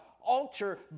altar